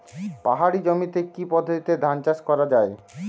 পাহাড়ী জমিতে কি পদ্ধতিতে ধান চাষ করা যায়?